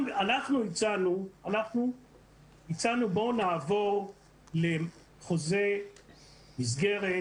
אנחנו הצענו שנעבור לחוזה מסגרת